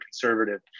conservative